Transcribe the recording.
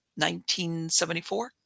1974